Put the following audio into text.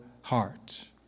heart